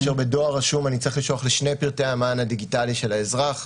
כאשר בדואר רשום אני צריך לשלוח לשני פרטי המען הדיגיטלי של האזרח.